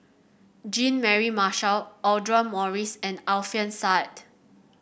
Jean Mary Marshall Audra Morrice and Alfian Sa'at